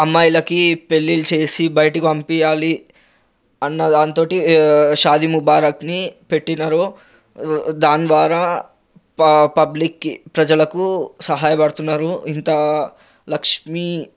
అమ్మాయిలకి పెళ్లిళ్లు చేసి బయటికి పంపించాలి అన్న దాంతోటి షాదీ ముబారక్ని పెట్టినారు దాని ద్వారా ప పబ్లిక్కి ప్రజలకు సహాయపడుతున్నారు ఇంత దా లక్ష్మి